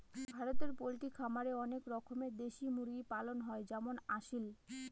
ভারতে পোল্ট্রি খামারে অনেক রকমের দেশি মুরগি পালন হয় যেমন আসিল